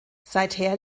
seither